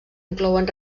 inclouen